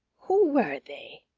who were they?